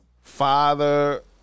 Father